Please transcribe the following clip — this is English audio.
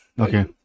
Okay